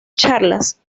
charlas